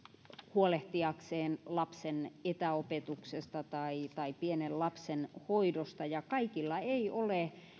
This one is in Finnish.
huolehtiakseen lapsen etäopetuksesta tai tai pienen lapsen hoidosta ja kaikilla ei ole